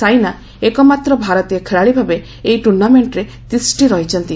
ସାଇନା ଏକମାତ୍ର ଭାରତୀୟ ଖେଳାଳିଭାବେ ଏହି ଟୁର୍ଣ୍ଣାମେଣ୍ଟରେ ତିଷ୍ଠି ରହିଛନ୍ତି